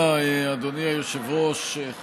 אדוני היושב-ראש.